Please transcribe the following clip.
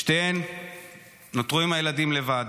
שתיהן נותרו עם הילדים לבד,